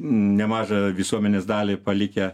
nemažą visuomenės dalį palikę